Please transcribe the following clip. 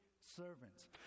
servants